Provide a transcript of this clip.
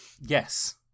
Yes